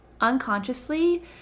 unconsciously